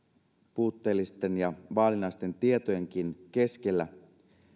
puutteellisten ja vaillinaisten tietojenkin keskellä